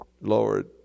Lord